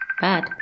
bad